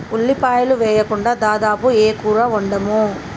ఉల్లిపాయలు వేయకుండా దాదాపు ఏ కూర వండము